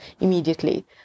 immediately